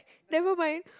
never mind